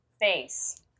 face